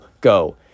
go